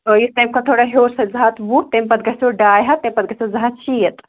اۭں یُس تَمہِ کھۄتہٕ تھوڑا ہیوٚر سۄ چھِ زٕ ہَتھ وُہ تَمہِ پَتہٕ گژھیو ڈاے ہَتھ تَمہِ پَتہٕ گژھیو زٕ ہَتھ شیٖتھ